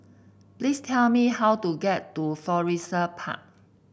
please tell me how to get to Florissa Park